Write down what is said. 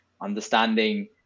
understanding